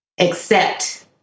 accept